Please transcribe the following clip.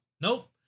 Nope